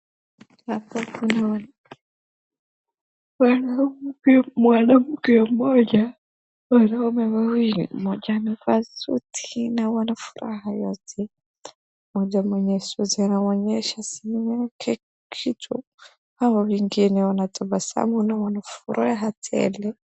Hapo kuna wanaume pia mwanamke mmoja, wanaume wawili, mmoja amevaa suti na wana furaha yote, mmoja mwenye suti anawaonyesha simu yake kitu hawa wengine wanatabasamu na wana furaha tele.